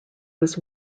was